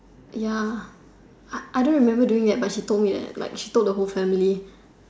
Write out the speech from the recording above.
ya I don't remember doing it but she told me it she told the whole family